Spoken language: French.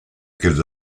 qu’elles